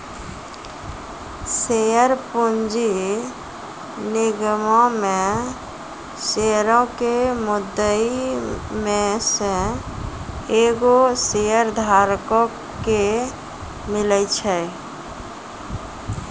share पूंजी निगमो मे शेयरो के मुद्दइ मे से एगो शेयरधारको के मिले छै